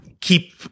keep